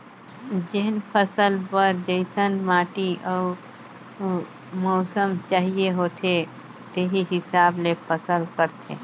जेन फसल बर जइसन माटी अउ मउसम चाहिए होथे तेही हिसाब ले फसल करथे